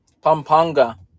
Pampanga